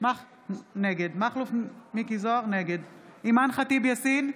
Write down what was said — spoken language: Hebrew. נגד אימאן ח'טיב יאסין,